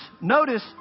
notice